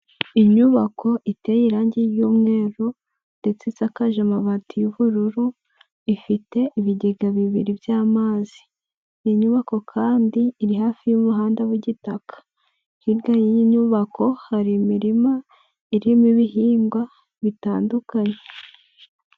Inyubako iteye irangi ry'umweru ndetse isakaje amabati y'ubururu ifite ibigega bibiri by'amazi, iyi nyubako kandi iri hafi y'umuhanda w'igitaka, hirya y'iyi nyubako hari imirima irimo ibihingwa bitandukanye.